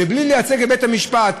בלי לייצג בבית-המשפט,